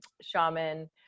shaman